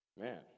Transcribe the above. Man